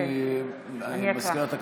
מזכירת הכנסת,